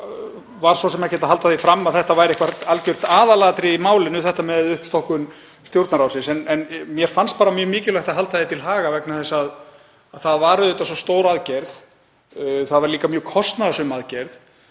var svo sem ekkert að halda því fram að þetta væri algjört aðalatriði í málinu, uppstokkun Stjórnarráðsins, en mér fannst bara mjög mikilvægt að halda því til haga vegna þess að það var svo stór aðgerð. Það var líka mjög kostnaðarsöm aðgerð.